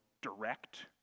direct